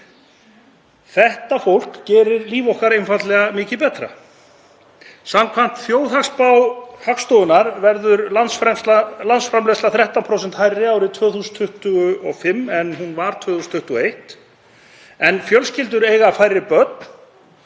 Þetta fólk gerir líf okkar einfaldlega miklu betra. Samkvæmt þjóðhagsspá Hagstofunnar verður landsframleiðsla 13% hærri árið 2025 en hún var 2021, en fjölskyldur eiga færri börn